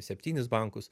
septynis bankus